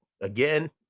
Again